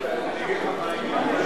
אני אגיד לך מה העניין,